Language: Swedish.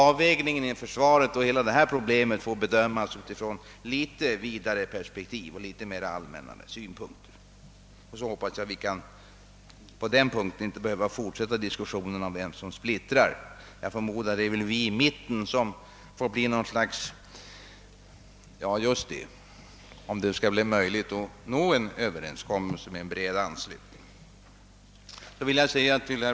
Avvägningen inom försvaret får göras med litet vidare perspektiv och med hänsyn tagen till litet mer allmänna synpunkter. Jag hoppas att vi inte behöver fortsätta diskussionen om vem som splittrar. Jag förmodar att det är vi i mitten som får bli något slags riktningsvisare om det skall bli möjligt att nå en överenskommelse med bred anslutning.